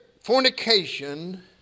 fornication